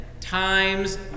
times